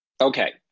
Okay